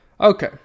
Okay